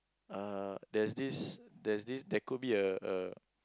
uh there's this there's this there could be a a